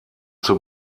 zur